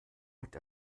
hat